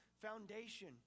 foundation